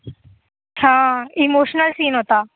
हा emotional scene होता